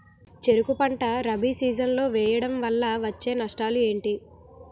చెరుకు పంట రబీ సీజన్ లో వేయటం వల్ల వచ్చే నష్టాలు ఏంటి?